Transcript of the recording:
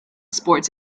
sports